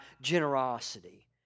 generosity